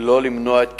שלא למנוע את קיומה.